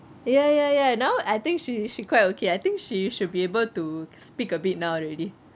ya ya ya now I think she she quite okay I think she should be able to speak a bit now already